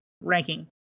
ranking